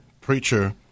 preacher